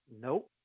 Nope